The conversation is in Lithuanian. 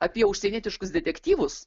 apie užsienietiškus detektyvus